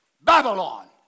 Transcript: Babylon